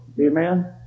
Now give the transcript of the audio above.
Amen